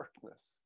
darkness